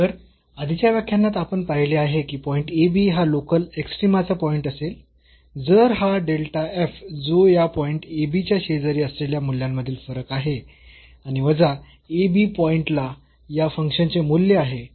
तर आधीच्या व्याख्यानात आपण पाहिले आहे की पॉईंट ab हा लोकल एक्स्ट्रीमाचा पॉईंट असेल जर हा डेल्टा f जो या पॉईंट ab च्या शेजारी असलेल्या मूल्यांमधील फरक आहे आणि वजा ab पॉईंट ला या फंक्शन चे मूल्य आहे